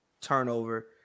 turnover